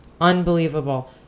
unbelievable